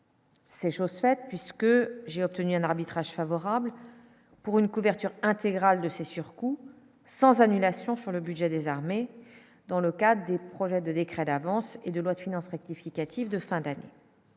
C'est chose faite, puisque j'ai obtenu un arbitrage favorable pour une couverture intégrale de ces surcoûts sans annulation sur le budget des armées dans le cas de projets de décret d'avance et de loi de finances rectificative de fin d'année.